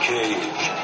Cage